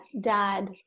dad